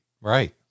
Right